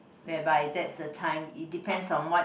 whereby that's a time it depends on what